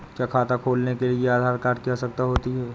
क्या खाता खोलने के लिए आधार कार्ड की आवश्यकता होती है?